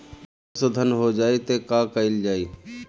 सरसो धन हो जाई त का कयील जाई?